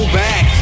back